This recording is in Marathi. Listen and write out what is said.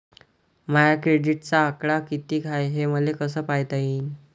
माया क्रेडिटचा आकडा कितीक हाय हे मले कस पायता येईन?